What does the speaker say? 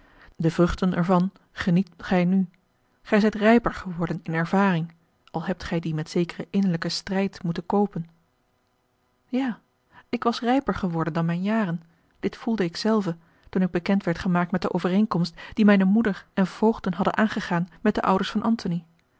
de vruchten er van geniet gij nu gij zijt rijper geworden in ervaring al hebt gij die met zekeren innerlijken strijd moeten koopen ja ik was rijper geworden dan mijne jaren dit voelde ik zelve toen ik bekend werd gemaakt met de overeenkomst die mijne moeder en voogden hadden aangegaan met de ouders van antony